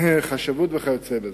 חשבות וכיוצא בזה.